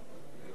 אני מתכבדת